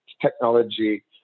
technology